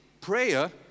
prayer